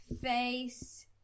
face